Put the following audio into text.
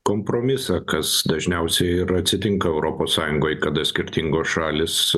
kompromisą kas dažniausiai ir atsitinka europos sąjungoj kada skirtingos šalys